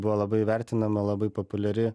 buvo labai vertinama labai populiari